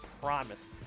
promise